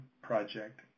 project